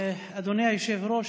אדוני היושב-ראש,